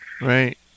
Right